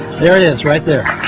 there it is, right there